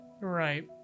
Right